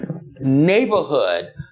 neighborhood